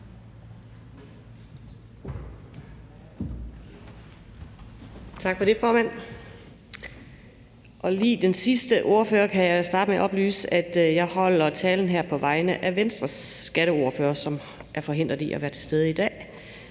Tak for det, formand. Den sidste ordfører kan jeg starte med at oplyse om, at jeg holder talen her på vegne af Venstres skatteordfører, som er forhindret i at være til stede i dag.